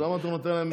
למה אתה נותן להם